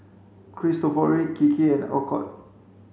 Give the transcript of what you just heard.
Cristofori Kiki and Alcott